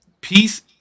Peace